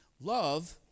love